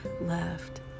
left